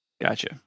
Gotcha